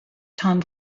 tom